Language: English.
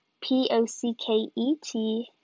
P-O-C-K-E-T